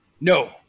No